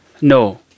No